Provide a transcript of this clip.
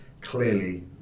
clearly